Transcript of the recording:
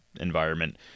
environment